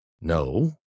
No